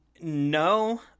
no